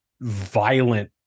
violent